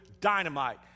dynamite